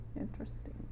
Interesting